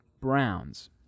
Browns